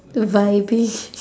the vibing